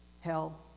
hell